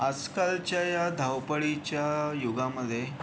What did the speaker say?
आजकालच्या या धावपळीच्या युगामध्ये